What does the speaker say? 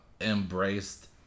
embraced